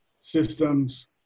systems